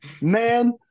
Man